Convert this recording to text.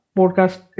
Podcast